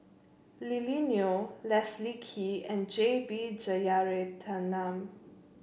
Lily Neo Leslie Kee and J B Jeyaretnam